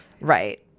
Right